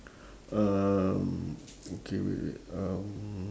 um okay wait wait um